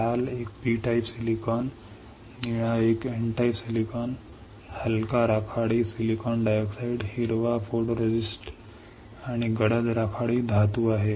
लाल एक P type silicon निळा एक N टाइप सिलिकॉन हलका राखाडी सिलिकॉन डायऑक्साइड हिरवा फोटोरिस्टिस्ट गडद राखाडी धातू आहे